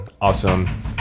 awesome